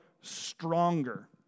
stronger